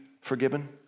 forgiven